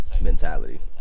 Mentality